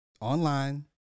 online